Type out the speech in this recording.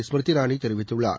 ஸ்மிருதி இரானி தெரிவித்துள்ளார்